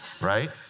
right